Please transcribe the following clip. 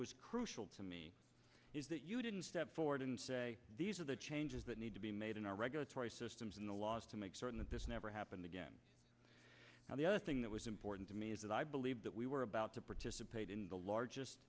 was crucial to me is that you didn't step forward and say these are the changes that need to be made in our regulatory systems in the laws to make certain that this never happened again and the other thing that was important to me is that i believed that we were about to participate in the largest